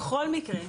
בכל מקרה,